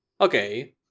Okay